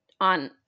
on